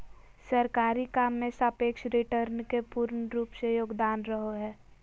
सरकारी काम मे सापेक्ष रिटर्न के पूर्ण रूप से योगदान रहो हय